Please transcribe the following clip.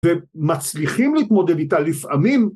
ומצליחים להתמודד איתה לפעמים